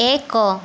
ଏକ